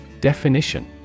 Definition